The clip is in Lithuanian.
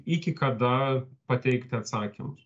iki kada pateikti atsakymus